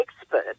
Expert